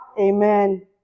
amen